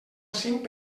cinc